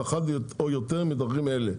באחת או יותר מדרכים אלה: